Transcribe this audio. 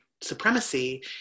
supremacy